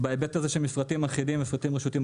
בהיבט הזה של מפרטים אחידים ומפרטים רשותיים.